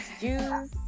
juice